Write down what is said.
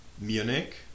Munich